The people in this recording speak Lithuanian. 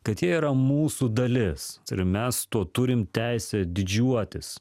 kad jie yra mūsų dalis ir mes tuo turim teisę didžiuotis